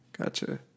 Gotcha